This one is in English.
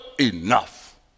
enough